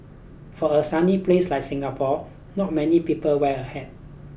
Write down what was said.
for a sunny place like Singapore not many people wear a hat